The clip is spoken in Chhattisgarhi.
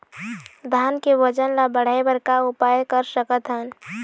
धान के वजन ला बढ़ाएं बर का उपाय कर सकथन?